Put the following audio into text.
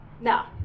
No